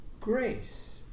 grace